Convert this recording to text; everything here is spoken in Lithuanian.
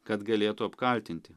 kad galėtų apkaltinti